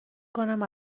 کنم